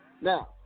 Now